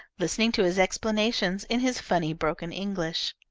listening to his explanations in his funny broken english.